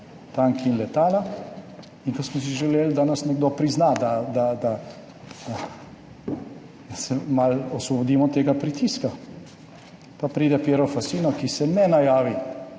tanki in letala in ko smo si želeli, da nas nekdo prizna, da se malo osvobodimo tega pritiska, pa pride Piero Fassino, ki se ne najavi,